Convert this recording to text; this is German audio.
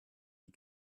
die